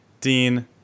Dean